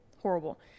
Horrible